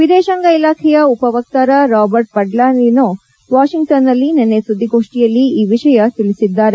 ವಿದೇಶಾಂಗ ಇಲಾಖೆಯ ಉಪ ವಕ್ತಾರ ರಾಬರ್ಟ್ ಪಲ್ಲಾಡಿನೋ ವಾಷಿಂಗ್ಟನ್ ನಲ್ಲಿ ನಿನ್ನೆ ಸುದ್ದಿಗೋಷ್ಠಿಯಲ್ಲಿ ಈ ವಿಷಯ ತಿಳಿಸಿದ್ದಾರೆ